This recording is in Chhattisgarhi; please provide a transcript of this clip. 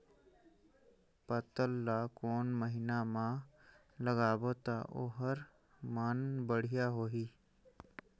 पातल ला कोन महीना मा लगाबो ता ओहार मान बेडिया होही?